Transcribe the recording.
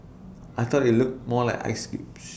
I thought IT looked more like ice cubes